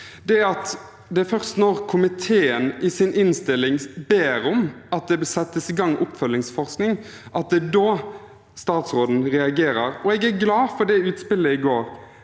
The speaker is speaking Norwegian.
at det først er når komiteen i sin innstilling ber om at det settes i gang oppfølgingsforskning, at statsråden reagerer. Jeg er glad for det utspillet som